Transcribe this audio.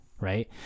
Right